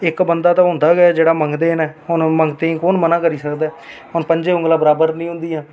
इक बंदा ते होंदा गै जेह्ड़े मंगदे न हून मंगते गी कु'न मनाह् करी सकदा ऐ हून पंजै औंगलां बराबर निं होंदियां